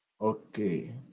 Okay